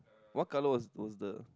what color was was the